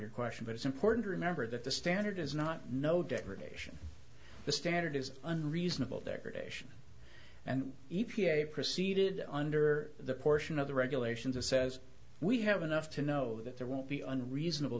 or question but it's important to remember that the standard is not no degradation the standard is unreasonable decoration and e p a proceeded under the portion of the regulations of says we have enough to know that there won't be an reasonable